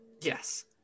Yes